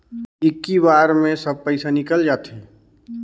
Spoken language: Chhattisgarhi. इक्की बार मे सब पइसा निकल जाते?